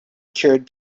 cured